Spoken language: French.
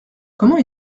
comment